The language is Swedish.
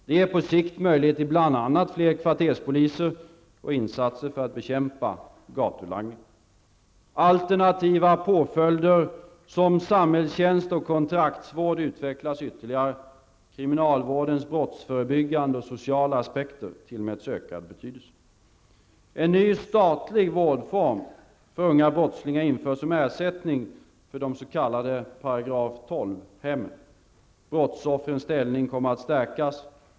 Det ger på sikt möjlighet till bl.a. fler kvarterspoliser och insatser för att bekämpa gatulangningen. Alternativa påföljder som samhällstjänst och kontraktsvård utvecklas ytterligare. Kriminalvårdens brottsförebyggande och sociala aspekter tillmäts ökad betydelse. Brottsoffrens ställning kommer att stärkas.